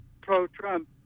pro-Trump